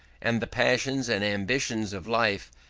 and the passions and ambitions of life,